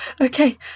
Okay